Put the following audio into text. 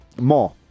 more